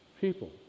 People